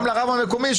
גם לרב המקומי,